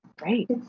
Great